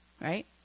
right